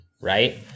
right